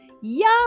Yum